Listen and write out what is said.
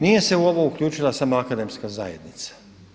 Nije se u ovo uključila samo Akademska zajednica.